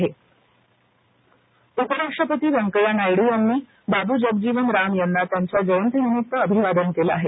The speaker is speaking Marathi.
बाब जगजीवन राम उपराष्ट्रपती व्यंकय्या नायडू यांनी बाबू जगजीवनराम यांना त्यांच्या जयंतीनिमित्त अभिवादन केलं आहे